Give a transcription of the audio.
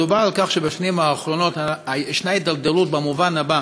מדובר על כך שבשנים האחרונות ישנה הידרדרות במובן הבא,